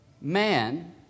Man